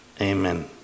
Amen